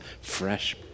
fresh